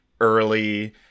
early